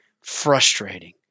frustrating